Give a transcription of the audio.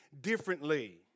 differently